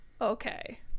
okay